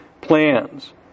plans